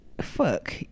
Fuck